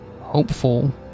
hopeful